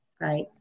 right